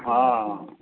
हाँ